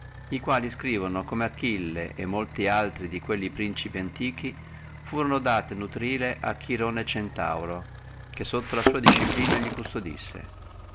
li quali scrivono come achille e molti altri di quelli principi antichi furono dati a nutrire a chirone centauro che sotto la sua disciplina li custodissi